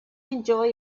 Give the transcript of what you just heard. enjoy